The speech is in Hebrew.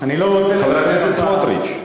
הפעם, חבר הכנסת סמוטריץ,